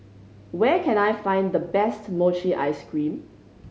where can I find the best mochi ice cream